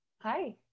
Hi